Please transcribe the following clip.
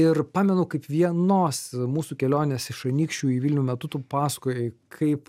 ir pamenu kaip vienos mūsų kelionės iš anykščių į vilnių metu tu pasakojai kaip